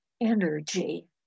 energy